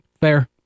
Fair